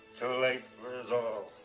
too late for